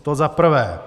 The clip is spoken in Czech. To za prvé.